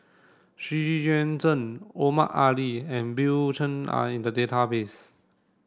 Xu Yuan Zhen Omar Ali and Bill Chen are in the database